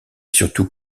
surtout